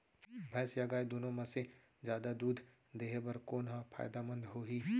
भैंस या गाय दुनो म से जादा दूध देहे बर कोन ह फायदामंद होही?